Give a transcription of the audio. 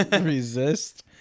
Resist